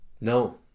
No